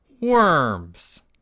worms